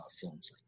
films